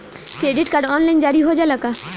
Credit card online जारी हो जाला का?